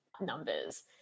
numbers